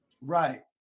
Right